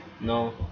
No